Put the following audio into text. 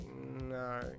no